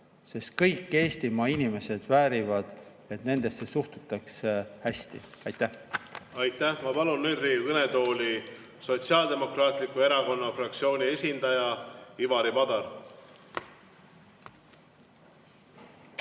sest kõik Eestimaa inimesed väärivad, et nendesse suhtutaks hästi. Aitäh! Aitäh! Ma palun Riigikogu kõnetooli Sotsiaaldemokraatliku Erakonna fraktsiooni esindaja Ivari Padari.